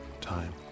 time